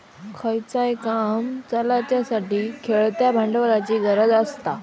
खयचाय काम चलाच्यासाठी खेळत्या भांडवलाची गरज आसता